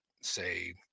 say